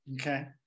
Okay